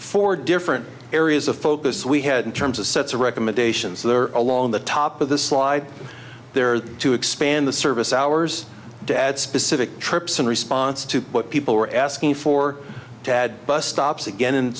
four different areas of focus we had in terms of sets of recommendations there along the top of the slide there to expand the service hours to add specific trips in response to what people were asking for to add bus stops again in